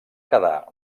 quedar